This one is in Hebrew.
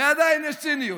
ועדיין יש ציניות.